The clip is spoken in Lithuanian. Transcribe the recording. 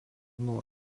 nuo